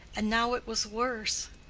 and now it was worse.